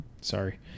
Sorry